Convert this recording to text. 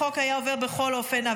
החוק היה עובר בכל אופן,